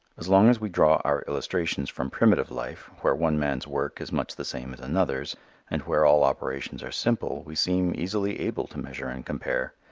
as long as we draw our illustrations from primitive life where one man's work is much the same as another's and where all operations are simple, we seem easily able to measure and compare.